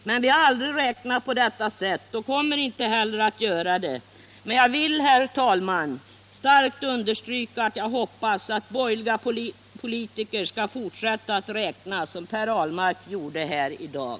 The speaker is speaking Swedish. Men vi har aldrig räknat på det sättet och kommer inte heller att göra det. Jag vill i alla fall, herr talman, starkt understryka att jag hoppas att borgerliga politiker skall fortsätta att räkna som Per Ahlmark gjorde i dag.